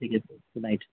ठीक है good night